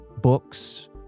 books